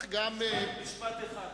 משפט אחד,